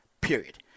period